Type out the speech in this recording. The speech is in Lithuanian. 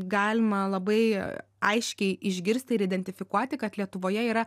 galima labai aiškiai išgirsti ir identifikuoti kad lietuvoje yra